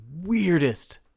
weirdest